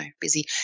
busy